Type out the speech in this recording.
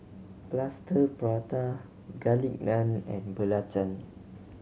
Plaster Prata Garlic Naan and belacan